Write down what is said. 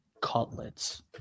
Cutlets